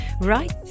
right